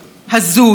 גזעני,